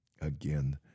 again